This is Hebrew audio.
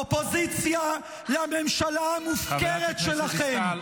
אופוזיציה לממשלה המופקרת שלכם,